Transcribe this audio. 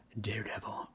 Daredevil